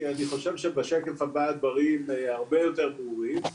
כי אני חושב שבשקף הבא הדברים הרבה יותר ברורים.